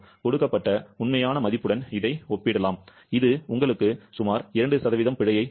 கொடுக்கப்பட்ட உண்மையான மதிப்புடன் இதை ஒப்பிடலாம் இது உங்களுக்கு சுமார் 2 பிழையைத் தரும்